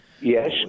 Yes